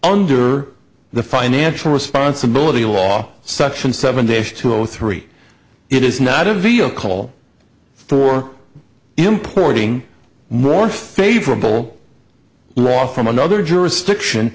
under the financial responsibility law section seven days two or three it is not a video call for importing more favorable law from another jurisdiction